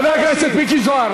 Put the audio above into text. חבר הכנסת מיקי זוהר,